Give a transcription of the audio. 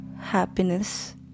Happiness